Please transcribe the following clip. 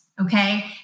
okay